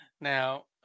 Now